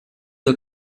del